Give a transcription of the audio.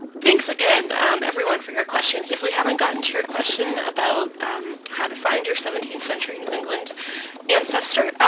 thanks again um everyone for your questions. if we haven't gotten to your question about um how to find your seventeenth-century new england ancestor,